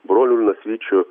brolių nasvyčių